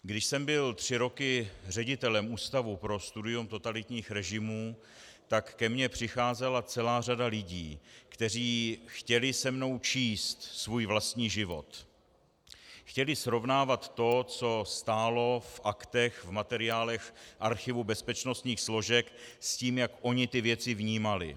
Když jsem byl tři roky ředitelem Ústavu pro studium totalitních režimů, tak ke mně přicházela celá řada lidí, kteří se mnou chtěli číst svůj vlastní život, chtěli srovnávat to, co stálo v aktech, v materiálech archivu bezpečnostních složek, s tím, jak oni ty věci vnímali.